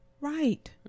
Right